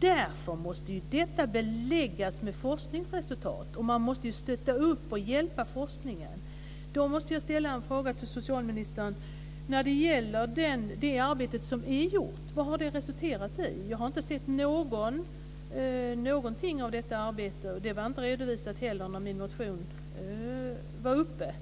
Därför måste alternativ/komplementär medicin beläggas med forskningsresultat. Man måste stötta forskningen. Vad har det arbete som är gjort resulterat i? Jag har inte sett någonting. Det var inte redovisat när min motion behandlades.